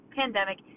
pandemic